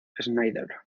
schneider